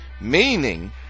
Meaning